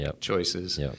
choices